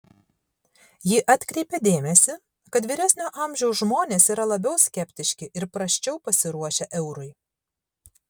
ji atkreipė dėmesį kad vyresnio amžiaus žmonės yra labiau skeptiški ir prasčiau pasiruošę eurui